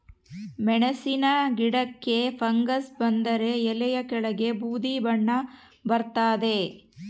ಮೆಣಸಿನ ಗಿಡಕ್ಕೆ ಫಂಗಸ್ ಬಂದರೆ ಎಲೆಯ ಕೆಳಗೆ ಬೂದಿ ಬಣ್ಣ ಬರ್ತಾದೆ